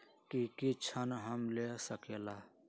की की ऋण हम ले सकेला?